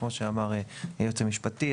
כמו שאמר היועץ המשפטי,